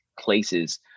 places